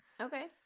okay